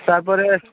তারপরে